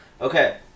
Okay